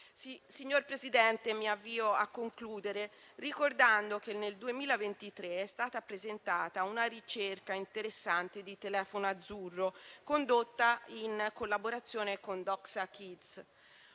Signor Presidente, mi avvio alla conclusione ricordando che nel 2023 è stata presentata una ricerca interessante di Telefono azzurro, condotta in collaborazione con Doxa Kids.